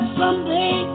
someday